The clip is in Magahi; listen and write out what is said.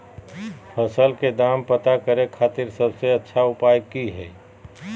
फसल के दाम पता करे खातिर सबसे अच्छा उपाय की हय?